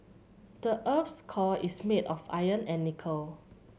the earth's core is made of iron and nickel